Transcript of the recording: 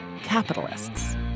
Capitalists